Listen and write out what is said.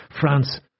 France